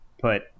put